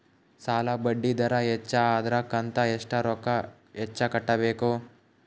ಸಾಲಾ ಬಡ್ಡಿ ದರ ಹೆಚ್ಚ ಆದ್ರ ಕಂತ ಎಷ್ಟ ರೊಕ್ಕ ಹೆಚ್ಚ ಕಟ್ಟಬೇಕು?